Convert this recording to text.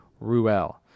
Ruel